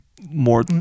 more